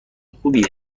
خوبیه